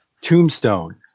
Tombstone